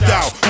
out